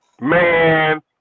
man